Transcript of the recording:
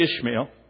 Ishmael